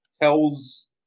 tells